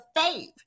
faith